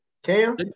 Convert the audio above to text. Cam